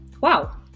wow